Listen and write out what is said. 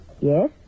Yes